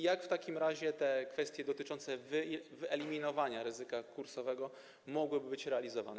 Jak w takim razie te kwestie dotyczące wyeliminowania ryzyka kursowego mogłyby być realizowane?